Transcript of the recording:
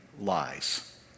lies